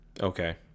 Okay